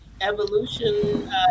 evolution